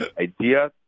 idea